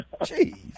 Jeez